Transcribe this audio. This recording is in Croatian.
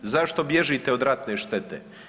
Zašto bježite od ratne štete?